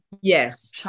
yes